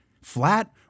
flat